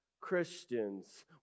Christians